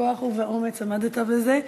בכוח ובאומץ עמדת בזה.